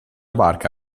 barca